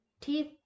teeth